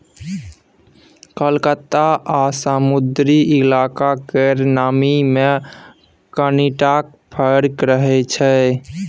कलकत्ता आ समुद्री इलाका केर नमी मे कनिटा फर्क रहै छै